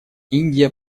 индия